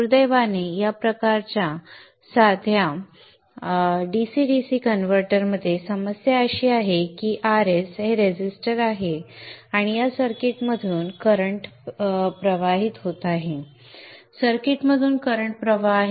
दुर्दैवाने या प्रकारच्या साध्या DC DC कन्व्हर्टरमध्ये समस्या अशी आहे की Rs हे रेझिस्टर आहे या सर्किटमधून करंट प्रवाह आहे